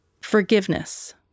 Forgiveness